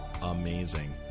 amazing